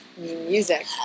Music